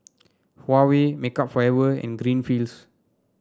Huawei Makeup Forever and Greenfields